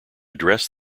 address